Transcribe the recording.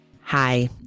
Hi